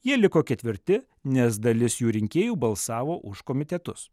jie liko ketvirti nes dalis jų rinkėjų balsavo už komitetus